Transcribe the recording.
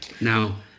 Now